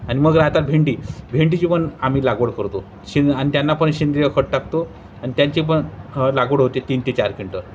आणि मग राहतात भेंडी भेंडीची पण आम्ही लागवड करतो शिन आणि त्यांना पण सेंद्रिय खत टाकतो आणि त्यांची पण लागवड होते तीन ते चार क्विंटल